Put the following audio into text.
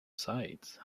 sides